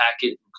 packet